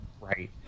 Right